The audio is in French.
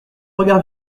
regard